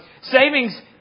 savings